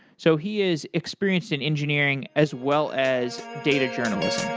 so he is experienced in engineering as well as data journalism.